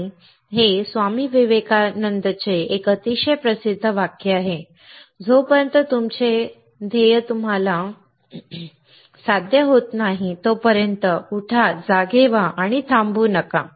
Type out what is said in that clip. आणि हे स्वामी विवेकानंदांचे एक अतिशय प्रसिद्ध वाक्य आहे जोपर्यंत तुमचे ध्येय साध्य होत नाही तोपर्यंत उठा जागे व्हा आणि थांबू नका